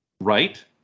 Right